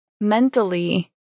mentally